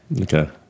Okay